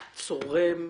צורם,